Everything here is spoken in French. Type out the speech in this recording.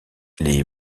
les